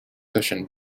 cushion